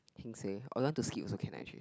heng suay or you want to skip also can actually